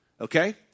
okay